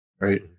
right